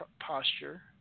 posture